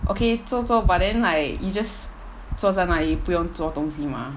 okay 皱皱 but then like you just 坐在那里不用做东西 mah